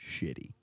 shitty